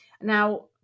now